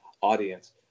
audience